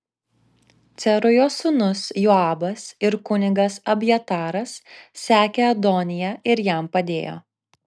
cerujos sūnus joabas ir kunigas abjataras sekė adoniją ir jam padėjo